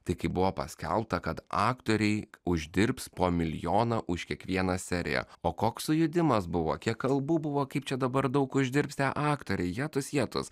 tai kai buvo paskelbta kad aktoriai uždirbs po milijoną už kiekvieną seriją o koks sujudimas buvo kiek kalbų buvo kaip čia dabar daug uždirbsi tie aktoriai jetus jetus